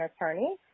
attorney